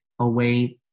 away